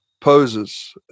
poses